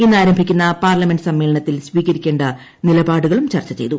ഇന്ന് ആരംഭിക്കുന്ന പാർലമെന്റ് സമ്മേളനത്തിൽ സ്വീകരിക്കേണ്ട നിലപാടുകളും ചർച്ച ചെയ്തു